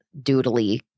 doodly